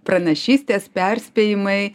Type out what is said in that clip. pranašystės perspėjimai